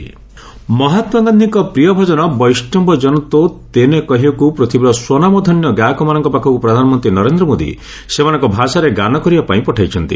PM ବୈଷ୍ଣବ ମହାତ୍ମା ଗାନ୍ଧୀଙ୍କ ପ୍ରିୟ ଭଜନ 'ବୈଷ୍ଣବ ଜନ ତୋ ତେନେ କହିଏ'କୁ ପୂଥିବୀର ସ୍ୱନାମଧନ୍ୟ ଗାୟକମାନଙ୍କ ପାଖକୁ ପ୍ରଧାନମନ୍ତ୍ରୀ ନରେନ୍ଦ୍ର ମୋଦି ସେମାନଙ୍କ ଭାଷାରେ ଗାନକରିବା ପାଇଁ ପଠାଇଛନ୍ତି